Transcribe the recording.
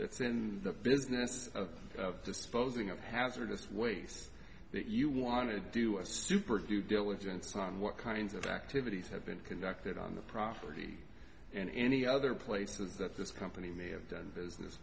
that's in the business of the supposing of hazardous waste you want to do a super due diligence on what kinds of activities have been conducted on the property in any other places that this company may have done business